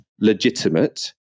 legitimate